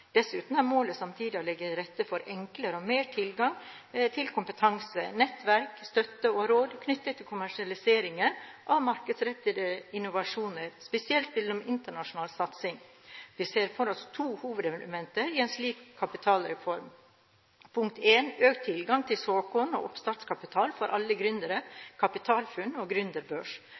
Dessuten er målet samtidig å legge til rette for enklere og mer tilgang til kompetanse, nettverk, støtte og råd knyttet til kommersialisering av markedsrettede innovasjoner, spesielt gjennom internasjonal satsing. Vi ser for oss to hovedelementer i en slik kapitalreform: Økt tilgang til såkorn- og oppstartskapital for alle gründere – KapitalFUNN og